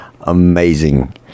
Amazing